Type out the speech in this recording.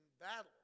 battle